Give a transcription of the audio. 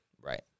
Right